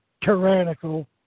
tyrannical